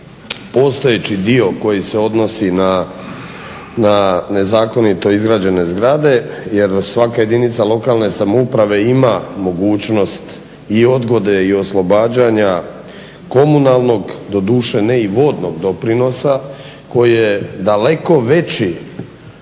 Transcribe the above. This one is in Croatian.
postojeći dio koji se odnosi na nezakonito izgrađene zgrade jer svaka jedinica lokalne samouprave ima mogućnost i odgode i oslobađanja komunalnog, doduše ne i vodnog doprinosa koji je daleko veći